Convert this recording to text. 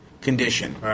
condition